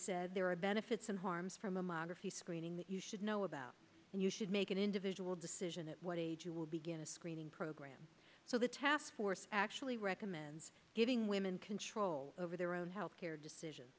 said there are benefits and harms from mammography screening that you should know about and you should make an individual decision at what age you will begin a screening program so the task force actually recommends giving women control over their own health care decision